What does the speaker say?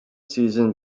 season